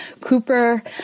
Cooper